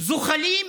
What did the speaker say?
זוחלים?